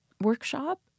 Workshop